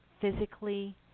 physically